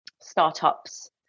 startups